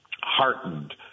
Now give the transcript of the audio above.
heartened